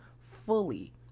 fully